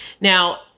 Now